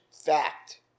fact